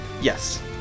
Yes